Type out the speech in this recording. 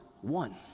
one